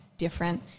different